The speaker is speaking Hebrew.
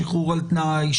שחרור על תנאי,